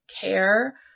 care